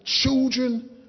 children